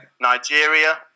Nigeria